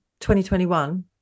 2021